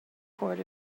cord